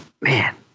Man